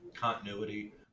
continuity